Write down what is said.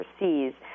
overseas